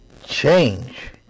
Change